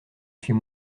suis